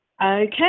Okay